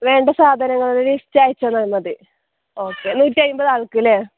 വേണ്ട സാധനങ്ങളുടെ ലിസ്റ്റ് അയച്ച് തന്നാൽ മതി ഓക്കെ നൂറ്റി അൻപത് ആൾക്കാർക്ക് അല്ലേ